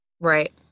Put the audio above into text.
Right